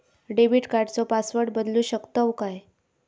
Debit कार्डचो password बदलु शकतव काय?